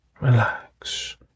relax